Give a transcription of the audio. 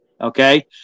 Okay